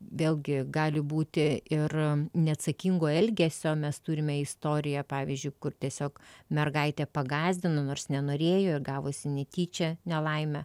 vėlgi gali būti ir neatsakingo elgesio mes turime istoriją pavyzdžiui kur tiesiog mergaitę pagąsdino nors nenorėjo ir gavosi netyčia nelaimė